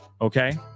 Okay